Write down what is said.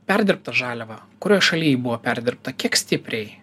perdirbtą žaliavą kurioj šaly buvo perdirbta kiek stipriai